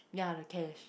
ya the cash